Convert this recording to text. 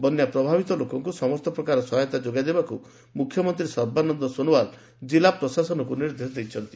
ବନ୍ୟା ପ୍ରଭାବିତ ଲୋକଙ୍କୁ ସମସ୍ତ ପ୍ରକାର ସହାୟତା ଯୋଗାଇ ଦେବାକୁ ମୁଖ୍ୟମନ୍ତ୍ରୀ ସର୍ବାନନ୍ଦ ସୋନୱାଲ ଜିଲ୍ଲା ପ୍ରଶାସନକୁ ନିର୍ଦ୍ଦେଶ ଦେଇଛନ୍ତି